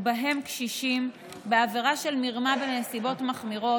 ובהן קשישים, בעבירה של מרמה בנסיבות מחמירות,